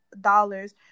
dollars